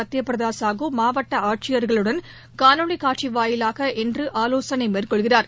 சுத்யபிரதா சாஹூ மாவட்ட ஆட்சியர்களுடன் காணொலி காட்சி வாயிலாக இன்று ஆலோசனை மேற்கொள்கிறார்